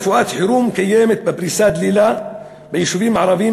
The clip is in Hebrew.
רפואת חירום קיימת בפריסה דלילה ביישובים הערביים,